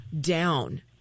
down